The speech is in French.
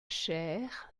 chair